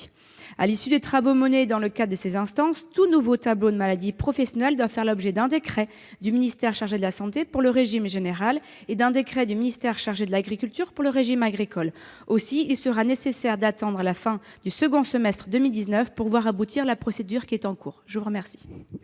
À l'issue des travaux menés dans le cadre de ces instances, tout nouveau tableau de maladie professionnelle doit faire l'objet d'un décret du ministère chargé de la santé pour le régime général et d'un décret du ministère chargé de l'agriculture pour le régime agricole. Aussi, il sera nécessaire d'attendre la fin du second semestre 2019 pour voir aboutir la procédure en cours. La parole